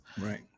right